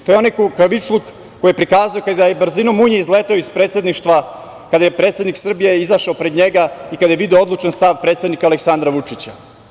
To je onaj kukavičluk koji prikazao kada je brzinom munje izleteo iz Predsedništva kada je predsednik Srbije izašao pred njega i kada je video odlučan stav predsednika Aleksandra Vučića.